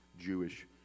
Jewish